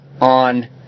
on